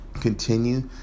continue